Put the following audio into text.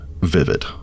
vivid